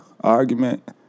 argument